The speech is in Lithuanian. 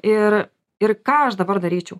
ir ir ką aš dabar daryčiau